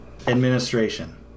administration